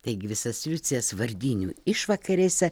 taigi visas liucijas vardinių išvakarėse